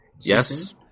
Yes